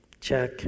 Check